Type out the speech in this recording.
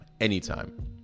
anytime